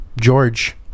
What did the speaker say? George